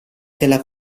della